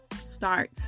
start